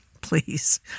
Please